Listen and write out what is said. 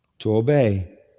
to obey.